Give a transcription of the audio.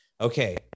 okay